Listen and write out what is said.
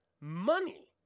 money